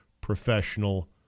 professional